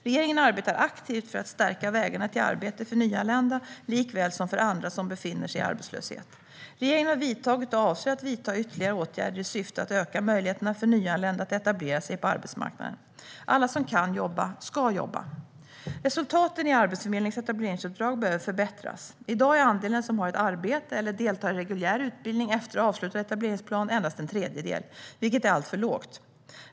Regeringen arbetar aktivt för att stärka vägarna till arbete för nyanlända, likväl som för andra som befinner sig i arbetslöshet. Regeringen har vidtagit åtgärder och avser att vidta ytterligare åtgärder i syfte att öka möjligheterna för nyanlända att etablera sig på arbetsmarknaden. Alla som kan jobba ska jobba. Resultaten för Arbetsförmedlingens etableringsuppdrag behöver förbättras. I dag är andelen som har ett arbete eller deltar i reguljär utbildning efter avslutad etableringsplan endast en tredjedel, vilket är alltför lågt.